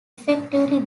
effectively